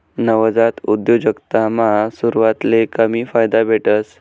नवजात उद्योजकतामा सुरवातले कमी फायदा भेटस